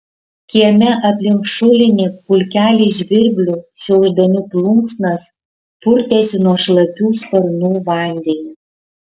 kieme aplink šulinį pulkelis žvirblių šiaušdami plunksnas purtėsi nuo šlapių sparnų vandenį